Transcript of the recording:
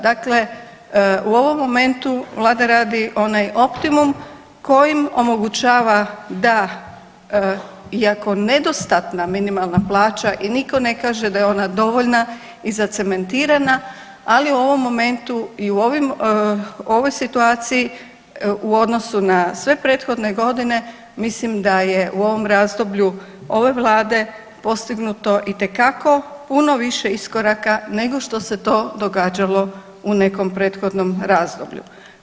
Dakle, u ovom momentu Vlada radi onaj optimum kojim omogućava da iako nedostatna minimalna plaća i nitko ne kaže da je ona dovoljna i zacementirana, ali u ovom momentu i ovoj situaciji u odnosu na sve prethodne godine mislim da je u ovom razdoblju ove Vlade postignuto itekako puno više iskoraka nego što se to događalo u nekom prethodnom razdoblju.